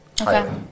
Okay